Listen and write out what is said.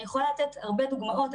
אני יכולה לתת הרבה דוגמאות,